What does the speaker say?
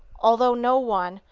although no one,